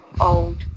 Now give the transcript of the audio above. old